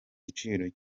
gaciro